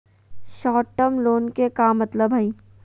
Short term loan के का मतलब हई?